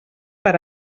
per